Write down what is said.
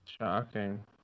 Shocking